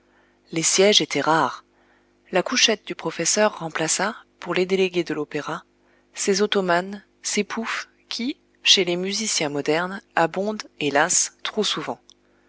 les sièges étaient rares la couchette du professeur remplaça pour les délégués de l'opéra ces ottomanes ces poufs qui chez les musiciens modernes abondent hélas trop souvent